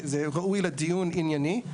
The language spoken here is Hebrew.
זה ראוי לדיון ענייני.